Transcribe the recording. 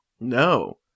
No